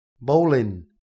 Bowling